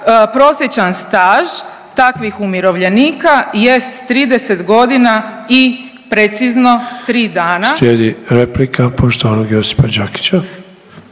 prosječan staž takvih umirovljenika jest 30 godina i precizno, 3 dana.